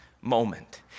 moment